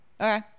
Okay